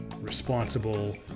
responsible